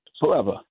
forever